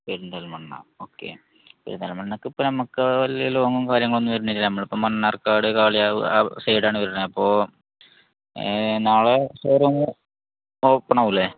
Perinthalmanna okay Perinthalmanna ഇപ്പം നമുക്ക് വലിയ ലോങ്ങും കാര്യങ്ങളൊന്നും വരില്ല നമ്മൾ ഇപ്പം മണ്ണാർക്കാട് കാളി ആ സൈഡാണ് വരുന്നത് അപ്പോൾ നാളെ ഷോറൂം ഓപ്പൺ ആകില്ലെ